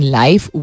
life